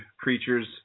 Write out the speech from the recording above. creatures